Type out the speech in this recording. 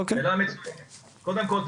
קודם כל,